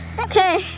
Okay